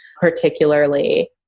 particularly